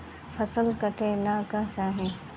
फसल काटेला का चाही?